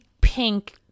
pink